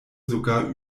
sogar